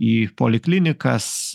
į poliklinikas